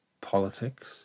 politics